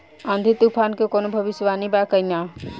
आँधी तूफान के कवनों भविष्य वानी बा की?